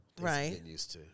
Right